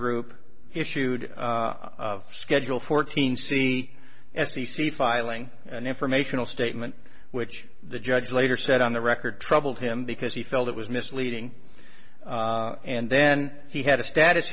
group issued schedule fourteen c s d c filing an informational statement which the judge later said on the record troubled him because he felt it was misleading and then he had a status